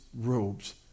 robes